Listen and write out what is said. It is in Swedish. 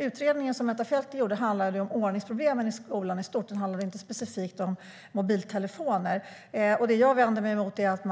Utredningen som Metta Fjellner gjorde handlade om ordningsproblemen i skolan i stort och inte specifikt om mobiltelefoner. Jag vänder mig emot är att